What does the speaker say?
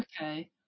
okay